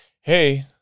hey